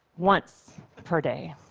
once per day.